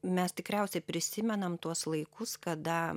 mes tikriausiai prisimenam tuos laikus kada